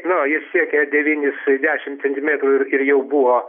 nu jis siekė devynis dešim centimetrų ir ir jau buvo